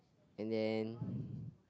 and then